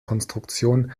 konstruktion